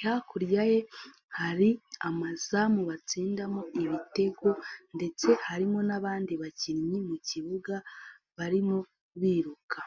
hakurya ye hari amazamu batsindamo ibitego ndetse harimo n'abandi bakinnyi mu kibuga barimo biruka.